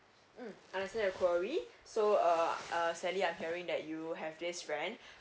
mm understand your query so uh uh sallly I hearing that you have this friend